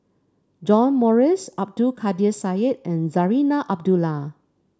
John Morrice Abdul Kadir Syed and Zarinah Abdullah